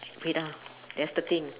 wait ah there's thirteen